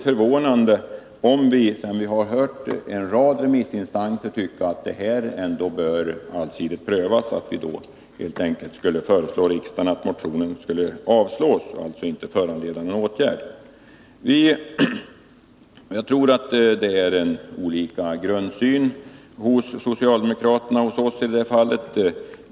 Efter att ha hört en rad remissinstanser, varav åtskilliga anser att frågan bör prövas allsidigt, vore det förvånande om vi skulle föreslå riksdagen att avslå motionerna och att de alltså inte skulle föranleda någon åtgärd. Jag tror att socialdemokraterna och vi har olika grundsyn vad gäller dessa båda motioner.